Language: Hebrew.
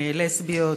לסביות,